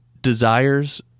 desires